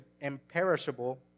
imperishable